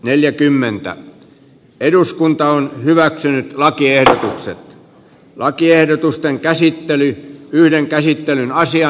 neljäkymmentä kukin edustaja on hyväksynyt lakiehdotuksen lakiehdotusten käsittelyyn yhden käsittelyn naisia